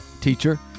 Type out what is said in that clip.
teacher